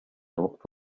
وقت